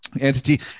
entity